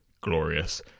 glorious